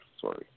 sorry